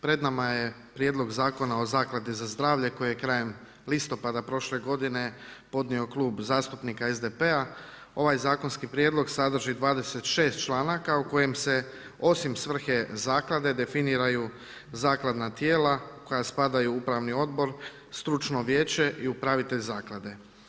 Pred nama je Prijedlog zakona o zakladi za zdravlje koje je krajem listopada prošle godine podnio Klub zastupnika SDP-a. ovaj zakonski prijedlog sadrži 26 članaka u kojem se osim svrhe zaklade definiraju zakladna tijela koja spadaju u upravni odbor, stručno vijeće i upravitelj zaklade.